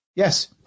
Yes